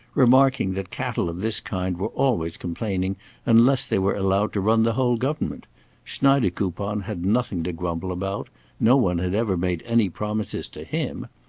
remarking that cattle of this kind were always complaining unless they were allowed to run the whole government schneidekoupon had nothing to grumble about no one had ever made any promises to him.